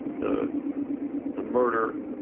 the the murder,